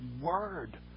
word